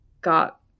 got